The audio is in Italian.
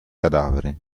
cadavere